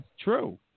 true